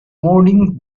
morning